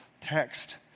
text